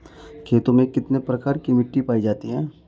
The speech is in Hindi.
खेतों में कितने प्रकार की मिटी पायी जाती हैं?